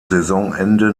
saisonende